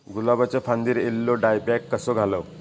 गुलाबाच्या फांदिर एलेलो डायबॅक कसो घालवं?